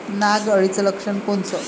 नाग अळीचं लक्षण कोनचं?